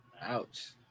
Ouch